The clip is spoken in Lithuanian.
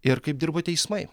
ir kaip dirba teismai